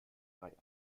drei